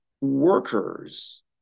workers